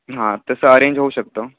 हां तसं अरेंज होऊ शकतं